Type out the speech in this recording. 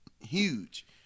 huge